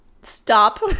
stop